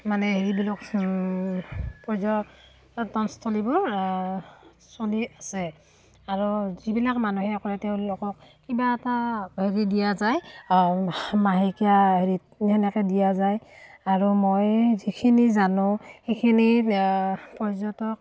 মানে হেৰিবিলাক পৰ্যটনস্থলীবোৰ চলি আছে আৰু যিবিলাক মানুহে কৰে তেওঁলোকক কিবা এটা হেৰি দিয়া যায় মাহেকীয়া হেৰিত সেনেকৈ দিয়া যায় আৰু মই যিখিনি জানো সেইখিনি পৰ্যটক